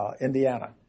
Indiana